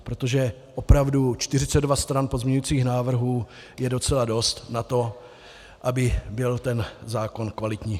Protože opravdu 42 stran pozměňovacích návrhů je docela dost na to, aby byl ten zákon kvalitní.